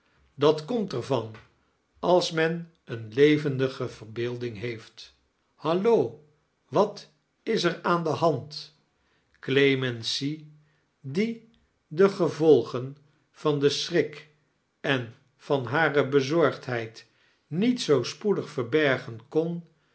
dat komt er van als men eene levendige venrbaelding heetft hallo wat is er aan de hand clemency die de gevolgen van den schrik en van hare bezorgdheid niet zoo spoedig verbergen kan